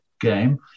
game